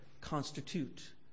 constitute